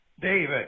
David